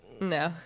no